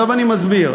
עכשיו אני מסביר.